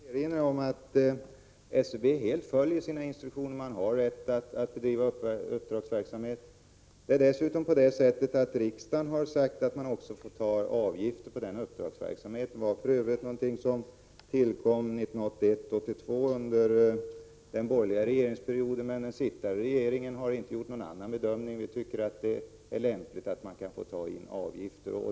Herr talman! Låt mig bara helt kort erinra om att SCB helt följer sina instruktioner. Man har rätt att bedriva uppdragsverksamhet. Dessutom har riksdagen beslutat att avgift får tas ut för sådan uppdragsverksamhet. Det är för övrigt ett beslut som tillkom 1981/82 under den borgerliga regeringsperioden, men den nu sittande regeringen har inte gjort någon annan bedömning. Vi tycker att det är lämpligt att ta ut avgifter.